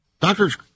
Doctor's